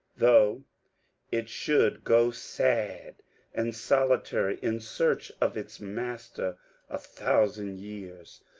though it should go sad and solitary in search of its master a thousand years.